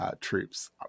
Troops